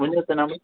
ؤنیُو حظ تُہۍ نمبَر